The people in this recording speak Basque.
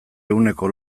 ehuneko